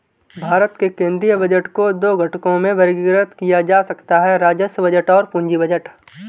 भारत के केंद्रीय बजट को दो घटकों में वर्गीकृत किया जा सकता है राजस्व बजट और पूंजी बजट